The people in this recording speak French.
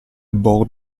bord